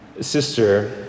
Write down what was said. Sister